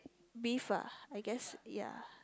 beef ah I guess ya